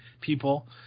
people